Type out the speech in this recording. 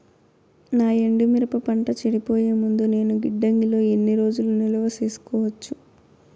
నా ఎండు మిరప పంట చెడిపోయే ముందు నేను గిడ్డంగి లో ఎన్ని రోజులు నిలువ సేసుకోవచ్చు?